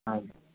હા